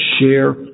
share